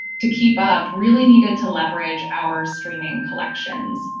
to keep up really needed to leverage our streaming collections.